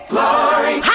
Glory